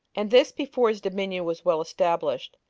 and this before his dominion was well established,